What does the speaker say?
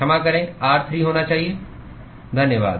क्षमा करें r3 होना चाहिए धन्यवाद